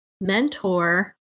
mentor